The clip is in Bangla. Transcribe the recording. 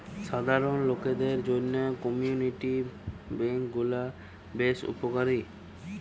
সাধারণ লোকদের জন্য কমিউনিটি বেঙ্ক গুলা বেশ উপকারী